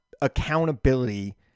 accountability